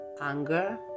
anger